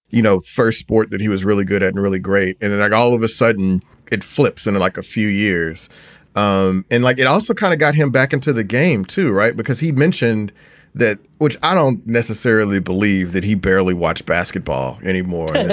you know, first sport that he was really good at and really great. and then like all of a sudden it flips into like a few years um and like, it also kind of got him back into the game, too, right. because he mentioned that which i don't necessarily believe that he barely watch basketball anymore.